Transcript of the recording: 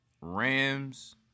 Rams